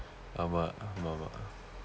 ஆமாம்:aamaam